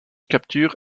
capture